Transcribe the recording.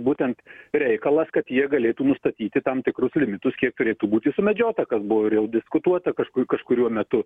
būtent reikalas kad jie galėtų nustatyti tam tikrus limitus kiek turėtų būti sumedžiota kas buvo ir jau diskutuota kažkur kažkuriuo metu